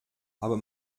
aber